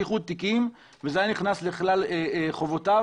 לאחר שהביאה בחשבון את הצורך לעודד את התחרות בענף חברות הגביה.